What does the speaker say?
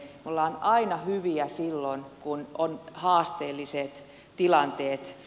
me olemme aina hyviä silloin kun on haasteelliset tilanteet